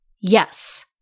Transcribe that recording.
Yes